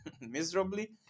miserably